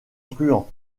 truands